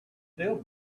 still